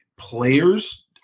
players